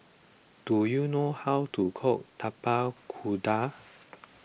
do you know how to cook Tapak Kuda